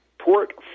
Port